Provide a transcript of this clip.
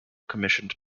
commissioned